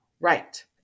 Right